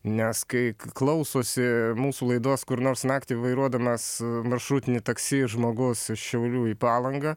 nes kai k klausosi mūsų laidos kur nors naktį vairuodamas maršrutinį taksi žmogus šiaulių į palangą